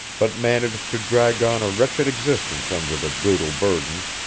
but managed to drag on a wretched existence under the brutal burdens,